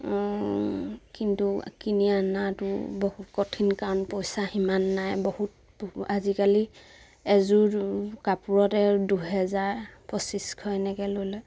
কিন্তু কিনি অনাটো বহুত কঠিন কাৰণ পইচা সিমান নাই বহুত বহু আজিকালি এযোৰ কাপোৰতে দুহেজাৰ পঁচিছশ এনেকে লৈ লয়